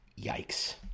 Yikes